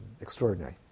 extraordinary